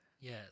Yes